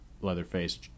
Leatherface